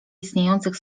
istniejących